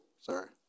sorry